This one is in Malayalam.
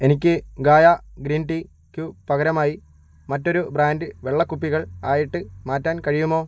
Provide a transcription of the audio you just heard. എനിക്ക് ഗായ ഗ്രീൻ ടീക്കു പകരമായി മറ്റൊരു ബ്രാൻഡ് വെള്ളക്കുപ്പികൾ ആയിട്ട് മാറ്റാൻ കഴിയുമോ